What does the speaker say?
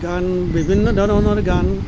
গান বিভিন্ন ধৰণৰ গান